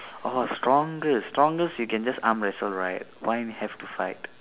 oh strongest strongest you can just arm wrestle right why have to fight